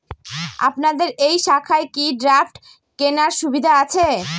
আপনাদের এই শাখায় কি ড্রাফট কেনার সুবিধা আছে?